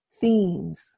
themes